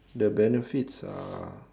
the benefits are